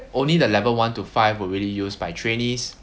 only the level one to five were really used by trainees